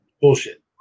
Bullshit